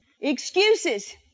Excuses